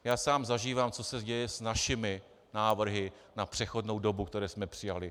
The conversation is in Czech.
Já sám zažívám, co se děje s našimi návrhy na přechodnou dobu, které jsme přijali.